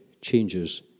changes